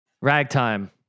Ragtime